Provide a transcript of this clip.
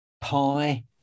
pi